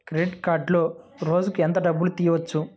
Credit కార్డులో రోజుకు ఎంత డబ్బులు తీయవచ్చు?